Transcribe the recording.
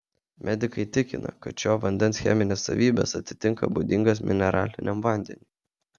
medikai tikina kad šio vandens cheminės savybės atitinka būdingas mineraliniam vandeniui